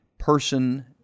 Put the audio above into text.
person